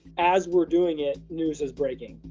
as we're doing it, news is breaking.